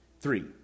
Three